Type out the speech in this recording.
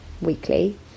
weekly